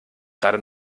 gerade